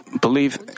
believe